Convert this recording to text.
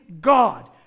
God